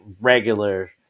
regular